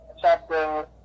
chapter